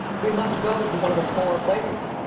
we must go to one of the smaller places.